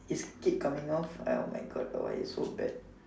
is keep coming off oh my God the wire is so bad